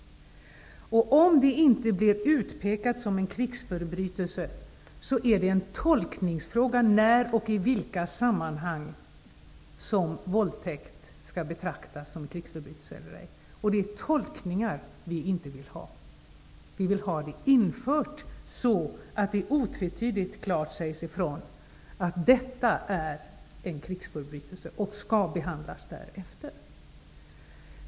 Om våldtäkter inte blir utpekade som krigsförbrytelser är det en tolkningsfråga när och i vilka sammanhang våldtäkt skall betraktas som en krigsförbrytelse. Vi vill inte ha tolkningar. Vi vill ha ordet ''våldtäkt'' infört, så att det klart och otvetydigt sägs ifrån att det är en krigsförbrytelse och skall behandlas därefter.